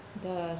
the